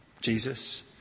Jesus